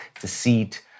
deceit